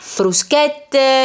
fruschette